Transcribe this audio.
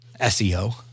SEO